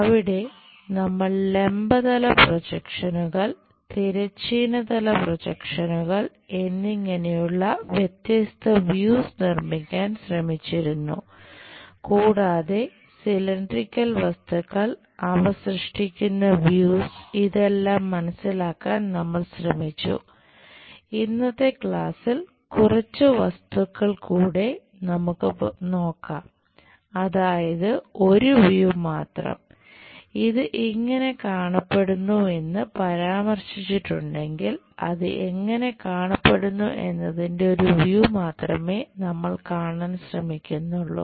അവിടെ നമ്മൾ ലംബ തല പ്രൊജക്ഷനുകൾ മാത്രമേ നമ്മൾ കാണാൻ ശ്രമിക്കുന്നുള്ളു